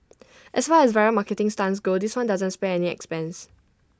as far as viral marketing stunts go this one doesn't spare any expense